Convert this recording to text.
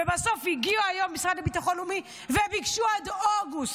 ובסוף הגיעו היום מהמשרד לביטחון לאומי וביקשו עד אוגוסט.